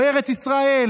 לא ארץ ישראל,